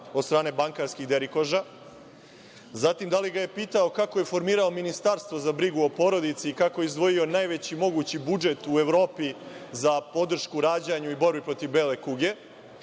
od strane bankarskih derikoža? Zatim, da li ga je pitao kako je formirao Ministarstvo za brigu o porodici i kako je izdvojio najveći mogući budžet u Evropi za podršku rađanju i borbi protiv bele kuge.